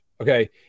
okay